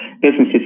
businesses